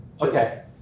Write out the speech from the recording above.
Okay